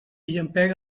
llampega